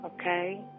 okay